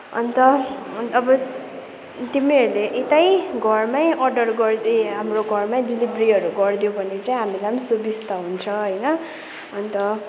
अन्त अनि अब तिमीहरूले यतै घरमै अर्डर गर्दै हाम्रो घरमै डेलिभरीहरू गरि दियौ भने चाहिँ हामीलाई पनि सुबिस्ता हुन्छ होइन अन्त